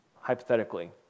hypothetically